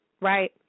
right